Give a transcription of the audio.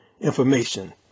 information